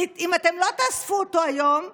ואם אתם לא תאספו אותו היום,